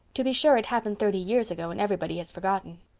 to be sure, it happened thirty years ago and everybody has forgotten.